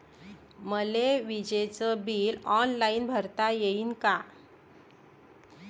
मले विजेच bill online भरता येईन का?